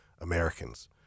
Americans